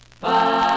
Bye